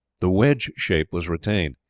the wedge shape was retained,